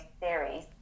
series